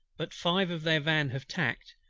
but five of their van have tacked,